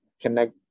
connect